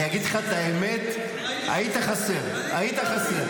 אני אגיד לך את האמת, היית חסר, היית חסר.